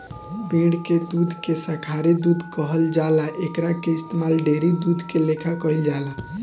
पेड़ के दूध के शाकाहारी दूध कहल जाला एकरा के इस्तमाल डेयरी दूध के लेखा कईल जाला